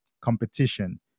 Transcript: competition